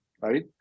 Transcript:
right